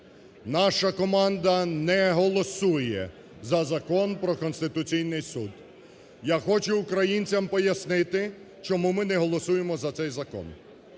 Наша команда не голосує за Закон про Конституційний Суд. Я хочу українцям пояснити, чому ми не голосуємо за цей закон.